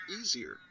easier